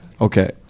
Okay